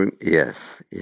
yes